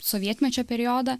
sovietmečio periodą